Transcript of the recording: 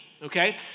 okay